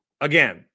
again